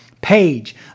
page